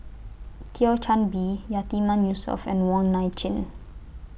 Thio Chan Bee Yatiman Yusof and Wong Nai Chin